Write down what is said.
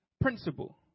principle